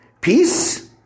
peace